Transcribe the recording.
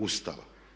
Ustava.